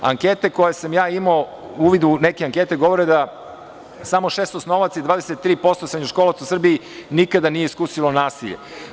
Ankete koje sam ja imao u vidu neke ankete govore da samo šest osnovaca i 23% srednjoškolaca u Srbiji nikada nije iskusilo nasilje.